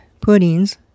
puddings